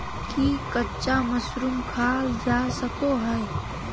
की कच्चा मशरूम खाल जा सको हय?